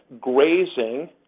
grazing